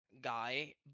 guy